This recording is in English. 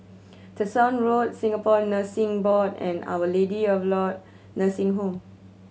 Tessensohn Road Singapore Nursing Board and Our Lady of Nursing Home